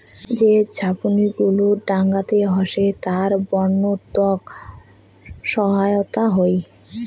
যে ঝাপনি গুলো ডাঙাতে হসে তার বন্য তক সহায়তা হই